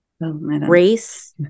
race